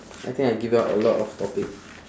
I think I give out a lot of topic